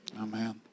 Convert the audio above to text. Amen